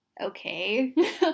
okay